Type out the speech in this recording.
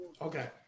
Okay